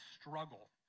struggle